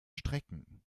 strecken